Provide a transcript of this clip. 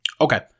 Okay